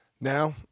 Now